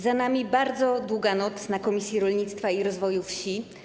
Za nami bardzo długa noc w Komisji Rolnictwa i Rozwoju Wsi.